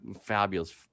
fabulous